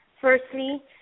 Firstly